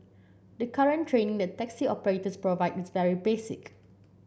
the current training that taxi operators provide is very basic